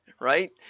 right